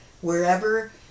wherever